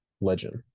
legend